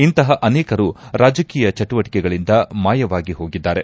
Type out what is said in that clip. ಇಂತಹ ಅನೇಕರು ರಾಜಕೀಯ ಚಟುವಟಿಕೆಗಳಿಂದ ಮಾಯವಾಗಿ ಹೋಗಿದ್ದಾರೆ